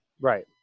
Right